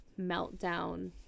meltdown